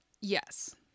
yes